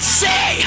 say